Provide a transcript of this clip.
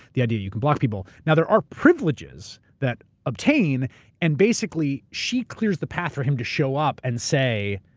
the idea you can block people. now, there are privileges that obtain and basically she clears the path for him to show up and say,